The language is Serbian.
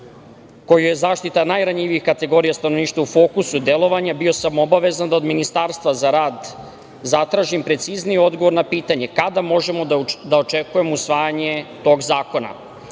kojoj je zaštita najranjivijih kategorija stanovništva u fokusu delovanja, bio sam obavezan da od Ministarstva za rad zatražim precizniji odgovor na pitanje – kada možemo da očekujemo usvajanje tog zakona? Zato